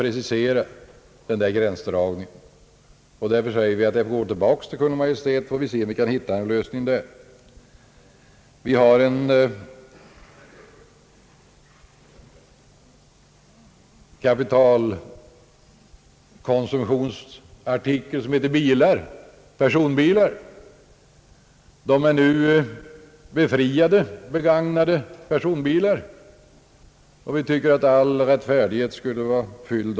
precisera denna gränsdragning! Det är väl bäst att gå tillbaka till Kungl. Maj:t, så att man där får försöka finna en lösning. Det finns en kapitalkonsumtionsartikel som heter personbilar. Begagnade personbilar är befriade från mervärdeskatt, och man tycker att all rättfärdighet då skulle vara uppfylld.